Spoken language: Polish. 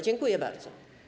Dziękuję bardzo.